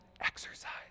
exercise